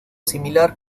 similar